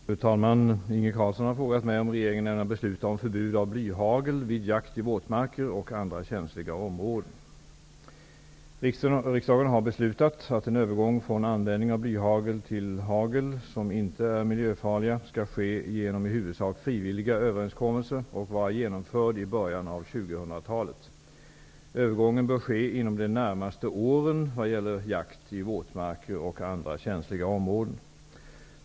Fru talman! Inge Carlsson har frågat mig om regeringen ämnar besluta om förbud av blyhagel vid jakt i våtmarker och andra känsliga områden. Riksdagen har beslutat att en övergång från användning av blyhagel till hagel som inte är miljöfarliga skall ske genom i huvudsak frivilliga överenskommelser och vara genomförd i början av 2000-talet. Övergången bör ske inom de närmaste åren vad gäller jakt i våtmarker och andra känsliga områden.